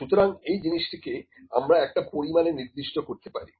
সুতরাং এই জিনিসটিকে আমরা একটা পরিমাণে নির্দিষ্ট করতে পারি